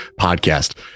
Podcast